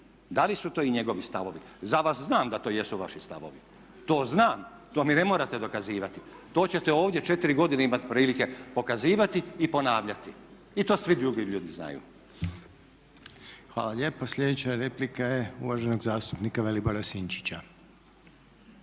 da li su to i njegovi stavovi. Za vas znam da to jesu vaši stavovi, to znam to mi ne morate dokazivati. To ćete ovdje 4 godine imati prilike pokazivati i ponavljati i to svi drugi ljudi znaju. **Reiner, Željko (HDZ)** Hvala lijepa. Sljedeća replika je uvaženog zastupnika Vilibora Sinčića.